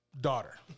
Daughter